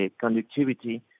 conductivity